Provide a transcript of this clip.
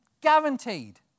Guaranteed